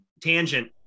tangent